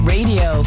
Radio